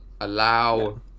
allow